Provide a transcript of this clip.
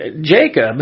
Jacob